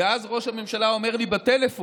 ואז ראש הממשלה אומר לי בטלפון,